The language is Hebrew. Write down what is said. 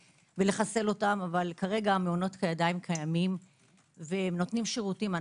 אבל כרגע המעונות קיימים עדיין והם נותנים שירותים.